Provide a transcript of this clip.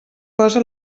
posa